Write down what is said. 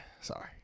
sorry